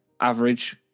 average